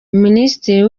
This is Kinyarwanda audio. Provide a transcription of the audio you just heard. minisitiri